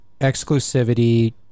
exclusivity